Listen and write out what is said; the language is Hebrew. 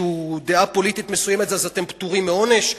דעה פוליטית מסוימת אז אתם פטורים מעונש?